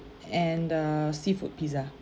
and the seafood pizza